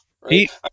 right